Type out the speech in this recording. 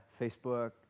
Facebook